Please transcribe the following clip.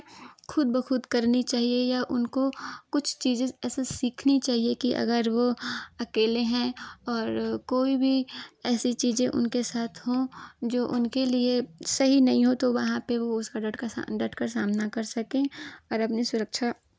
खुद ब खुद करनी चाहिए या उनको कुछ चीज़ें ऐसे सीखनी चाहिए कि अगर वो अकेले हैं और कोई भी ऐसी चीज़ें उनके साथ हों जो उनके लिए सही नहीं हो तो वहाँ पर वो उसका डटका डटकर सामना कर सकें और अपनी सुरक्षा